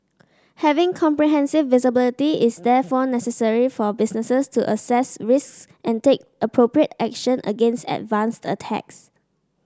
having comprehensive visibility is therefore necessary for businesses to assess risks and take appropriate action against advanced attacks